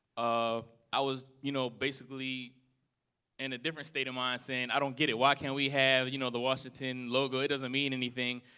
i was you know basically in a different state of mind, saying i don't get it, why can't we have you know the washington logo? it doesn't mean anything.